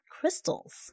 crystals